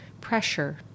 pressure